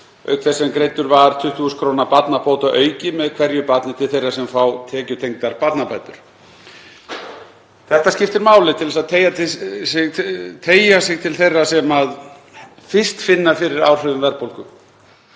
auk þess sem greiddur var 20.000 kr. barnabótaauki með hverju barni til þeirra sem fá tekjutengdar barnabætur. Þetta skiptir máli til að teygja sig til þeirra sem fyrst finna fyrir áhrifum verðbólgu.